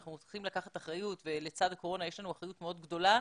אנחנו צריכים לקחת אחריות ולצד הקורונה יש לנו אחריות מאוד גדולה,